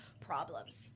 problems